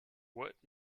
what